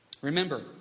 Remember